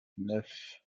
neuf